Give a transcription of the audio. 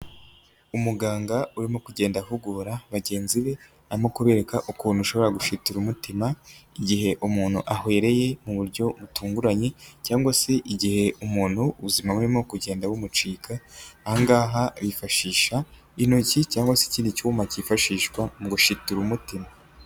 Umuganga urimo kugenda ahugura bagenzi be amu kubereka ukuntu ushobora gufitira umutima igihe umuntu ahwereye mu buryo butunguranye, cyangwa se igihe umuntu ubuzima burimo kugenda bumucika ahangaha yifashisha intoki cyangwa se ikindi cyuma kifashishwa mu gushitura umutima.